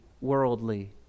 worldly